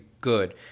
good